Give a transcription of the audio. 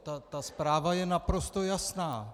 Ta zpráva je naprosto jasná.